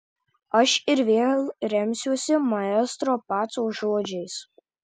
aš ir vėl remsiuosi maestro paco žodžiais